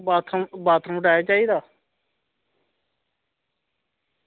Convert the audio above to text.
bathroom attach चाहिदा